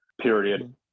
period